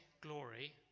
glory